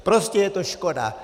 Prostě je to škoda.